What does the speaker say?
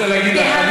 אני רוצה להגיד לך,